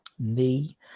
knee